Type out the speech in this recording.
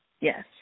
Yes